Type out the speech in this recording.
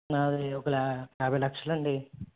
నాది ఒక ల యాభై లక్షలు అండి